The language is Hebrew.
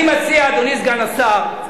אני מציע, אדוני כבוד השר,